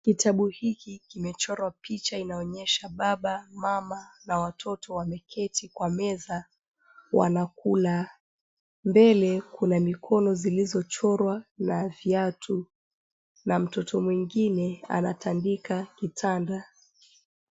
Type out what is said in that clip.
Kitabu hiki kimechorwa picha inayoonyesha baba, mama na watoto wameketi kwa meza wanakula. Mbele kuna mikono zilizochorwa na viatu na mtoto mwengine anatandika kitanda.